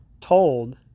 told